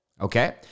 okay